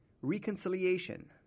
Reconciliation